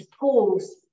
pause